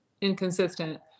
inconsistent